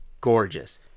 gorgeous